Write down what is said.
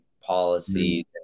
policies